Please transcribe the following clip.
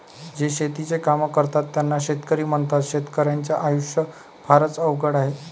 जे शेतीचे काम करतात त्यांना शेतकरी म्हणतात, शेतकर्याच्या आयुष्य फारच अवघड आहे